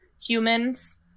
humans